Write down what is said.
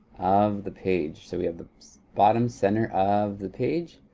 of the page. so we have the bottom center of the page.